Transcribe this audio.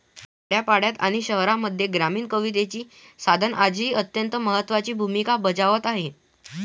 खेड्यापाड्यांत आणि शहरांमध्ये ग्रामीण कवितेची साधना आजही अत्यंत महत्त्वाची भूमिका बजावत आहे